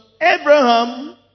Abraham